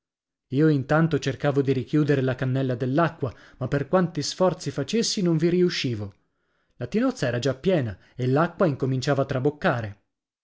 io intanto cercavo di richiudere la cannella dell'acqua ma per quanti sforzi facessi non vi riuscivo la tinozza era già piena e l'acqua incominciava a traboccare